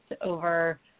over